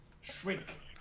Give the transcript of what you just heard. Shrink